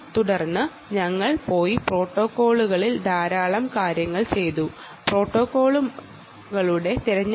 തുടർന്ന് ഞങ്ങൾ പ്രോട്ടോക്കോളുകളെക്കുറിച്ച് ധാരാളം കാര്യങ്ങൾ കണ്ടു